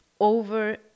over